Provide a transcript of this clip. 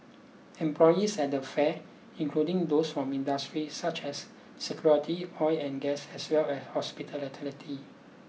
employees at the fair including those from industries such as security oil and gas as well as hospital